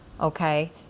okay